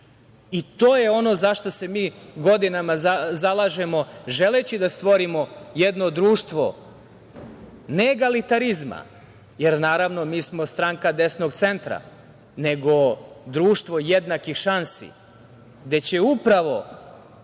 je ono za šta se mi godinama zalažemo, želeći da stvorimo jedno društvo ne egalitarizma, jer naravno mi smo stranka desnog centra, nego društvo jednakih šansi, gde će upravo